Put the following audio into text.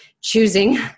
choosing